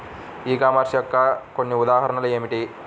E commerce యొక్క కొన్ని ఉదాహరణలు ఏమిటి?